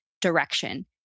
direction